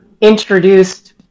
introduced